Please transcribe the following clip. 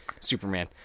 Superman